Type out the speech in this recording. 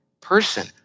person